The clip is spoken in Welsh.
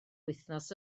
wythnos